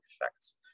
effects